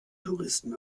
touristen